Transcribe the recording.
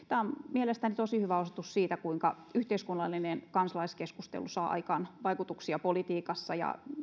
mielestäni tosi hyvä osoitus siitä kuinka yhteiskunnallinen kansalaiskeskustelu saa aikaan vaikutuksia politiikassa ja